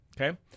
Okay